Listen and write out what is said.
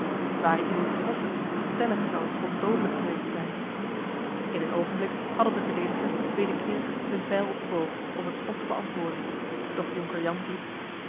ware iemand getroffen stellig zou het schot doodelijk geweest zijn in een oogenblik hadden de verdedigers wederkeerig hun pijl op den boog om het schot te beantwoorden doch jonker jan riep